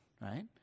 right